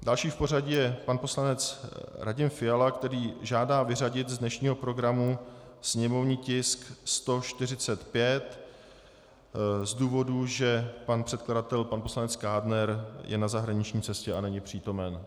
Další v pořadí je pan poslanec Radim Fiala, který žádá vyřadit z dnešního programu sněmovní tisk 145 z důvodu, že pan předkladatel pan poslanec Kádner je na zahraniční cestě a není přítomen.